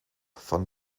von